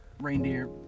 reindeer